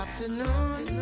Afternoon